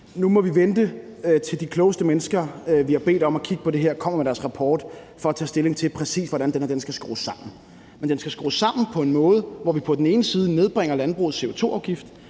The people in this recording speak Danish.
Nu må vi vente, til de klogeste mennesker, som vi har bedt om at kigge på det her, kommer med deres rapport, for at tage stilling til, præcis hvordan det her skal skrues sammen. Men det skal skrues sammen på en måde, så vi på den ene side nedbringer landbrugets CO2-udledning,